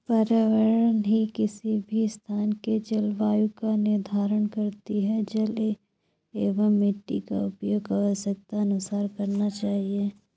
पर्यावरण ही किसी भी स्थान के जलवायु का निर्धारण करती हैं जल एंव मिट्टी का उपयोग आवश्यकतानुसार करना चाहिए